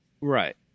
Right